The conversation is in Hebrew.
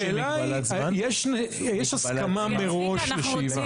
השאלה היא, יש הסכמה מראש לשאיבה.